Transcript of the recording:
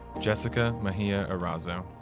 jessica meja-erazzo,